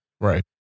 Right